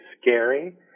scary